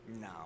No